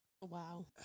Wow